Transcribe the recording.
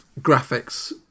graphics